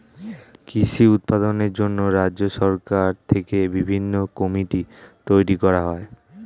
কৃষি উৎপাদনের জন্য রাজ্য সরকার থেকে বিভিন্ন কমিটি তৈরি করা হয়